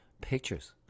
pictures